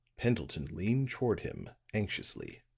pendleton leaned toward him, anxiously.